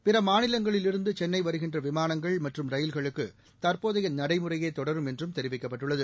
பிற மாநிலங்களிலிருந்து சென்னை வருகின்ற விமானங்கள் மற்றும் ரயில்களுக்கு தற்போதைய நடைமுறையே தொடரும் என்றும் தெரிவிக்கப்பட்டுள்ளது